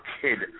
kid